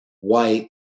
white